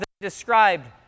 described